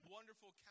Wonderful